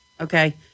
Okay